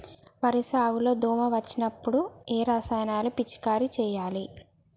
వరి సాగు లో దోమ వచ్చినప్పుడు ఏ రసాయనాలు పిచికారీ చేయాలి?